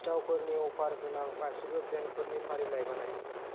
सिथावफोरनि अफार गोनां गासिबो ब्रेन्डफोरनि फारिलाइ बानाय